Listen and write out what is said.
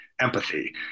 empathy